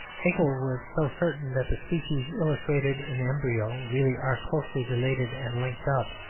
haeckel was so certain that the species illustrated in embryo really are closely related and linked up,